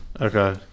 Okay